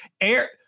air